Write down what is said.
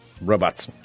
robots